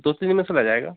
दो तीन में सिला जाएगा